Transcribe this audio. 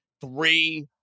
three